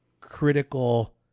critical